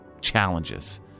challenges